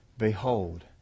Behold